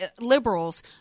liberals